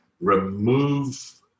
remove